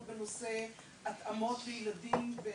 בנושא התאמות לילדים,